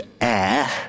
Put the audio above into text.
air